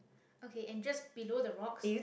okay and just below the rocks